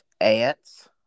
ants